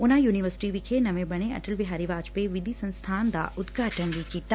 ਉਨੁਾਂ ਯੁਨੀਵਰਸਿਟੀ ਵਿਖੇ ਨਵੇਂ ਬਣੇ ਅਟਲ ਬਿਹਾਰੀ ਵਾਜਪੇਈ ਵਿਧੀ ਸੰਸਬਾਨ ਦਾ ਉਦਘਾਟਨ ਵੀ ਕੀਤਾ